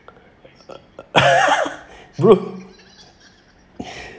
bro